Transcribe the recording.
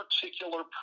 particular